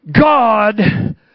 God